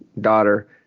daughter